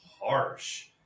harsh